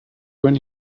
when